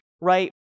right